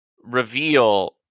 reveal